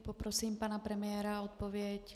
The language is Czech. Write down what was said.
Poprosím pana premiéra o odpověď.